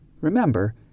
Remember